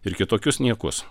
ir kitokius niekus